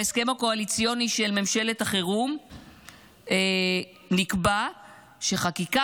בהסכם הקואליציוני של ממשלת החירום נקבע שחקיקה